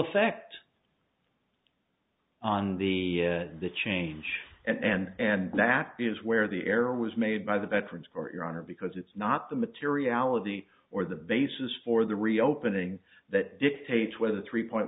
effect on the the change and and that is where the error was made by the veterans for your honor because it's not the materiality or the basis for the reopening that dictates whether the three point